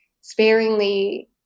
sparingly